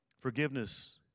Forgiveness